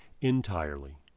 entirely